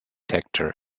detector